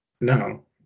No